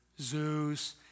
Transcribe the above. Zeus